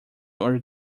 are